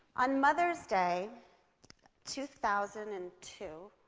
on mother's day two thousand and two,